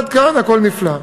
עד כאן הכול נפלא.